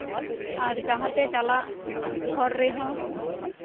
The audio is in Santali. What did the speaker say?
ᱟᱨ ᱡᱟᱸᱦᱟᱛᱮ ᱪᱟᱞᱟᱜ ᱦᱚᱨ ᱨᱮᱦᱚᱸ